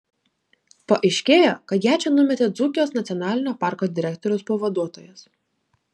paaiškėjo kad ją čia numetė dzūkijos nacionalinio parko direktoriaus pavaduotojas